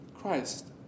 Christ